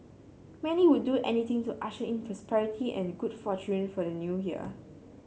many would do anything to usher in prosperity and good fortune for the New Year